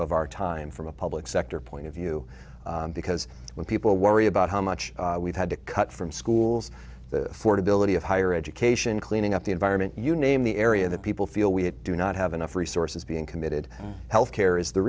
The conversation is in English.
of our time from a public sector point of view because when people worry about how much we've had to cut from schools the fort ability of higher education cleaning up the environment you name the area that people feel we do not have enough resources being committed health care is the